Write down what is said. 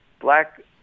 black